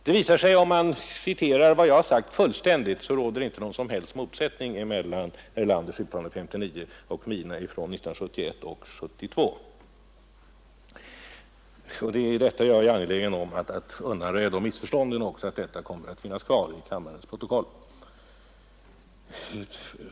Om man fullständigt citerar vad jag har sagt visar det sig att det inte råder någon som helst motsättning mellan herr Erlanders uttalande från 1959 och mina uttalanden från 1971 och 1972, och jag är angelägen om att undanröja herr Turessons missförstånd härvidlag genom ett påpekande antecknat till kammarens protokoll.